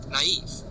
naive